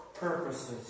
purposes